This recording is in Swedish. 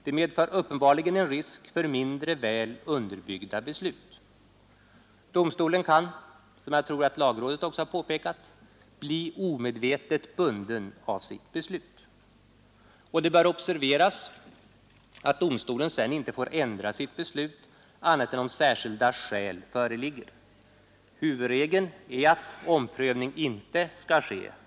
Det medför uppenbarligen en risk för mindre väl underbyggda beslut. Domstolen kan — som jag tror att lagrådet också har påpekat — bli omedvetet bunden av sitt beslut. Det bör observeras att domstolen sedan inte får ändra sitt beslut annat än om särskilda skäl föreligger. Huvudregel är att omprövning inte skall ske.